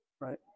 right